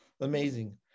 Amazing